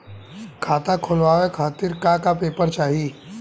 खाता खोलवाव खातिर का का पेपर चाही?